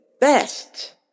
best